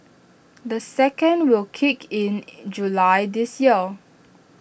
the second will kick in in July this year